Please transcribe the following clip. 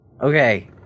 Okay